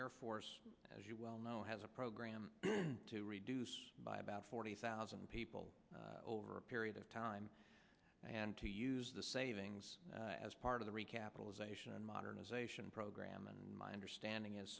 air force as you well know has a program to reduce by about forty thousand people over a period of time and to use the savings as part of the recapitalization modernization program and my understanding is